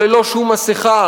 ללא שום מסכה,